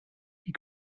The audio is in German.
die